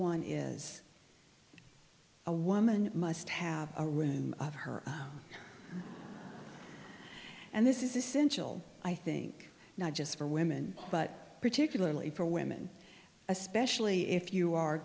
one is a woman must have a room of her and this is essential i think not just for women but particularly for women especially if you are